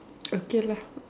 okay lah